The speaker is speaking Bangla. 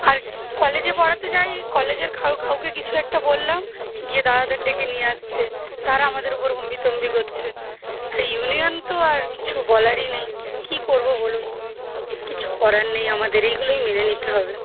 আর কলেজে পড়াতে যাই কলেজের কাউ কাউকে কিছু একটা বললাম গিয়ে দাদাদের ডেকে নিয়ে আসছে তারা আমাদের উপর হম্বিতম্বি করছে এই ইউনিয়ান তো আর কিছু বলারই নেই কী করবো বলুন কিছু করার নেই আমাদের এইগুলোই মেনে নিতে হবে